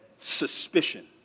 suspicion